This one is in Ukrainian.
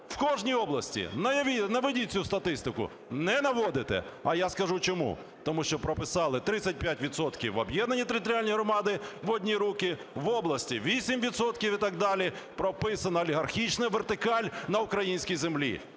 В кожній області. Наведіть цю статистику! Не наводите. А я скажу, чому. Тому що прописали 35 відсотків в об'єднані територіальні громади в одні руки, в області – 8 відсотків і так далі. Прописана олігархічна вертикаль на українській землі.